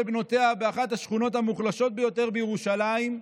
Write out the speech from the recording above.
בנותיה באחת השכונות המוחלשות ביותר בירושלים,